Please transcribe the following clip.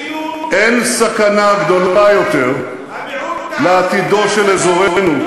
אין סכנה גדולה יותר לעתידו של אזורנו,